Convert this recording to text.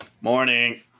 Morning